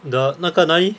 the 那个哪里